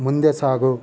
ಮುಂದೆ ಸಾಗು